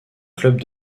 club